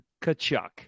Kachuk